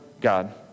God